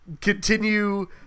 continue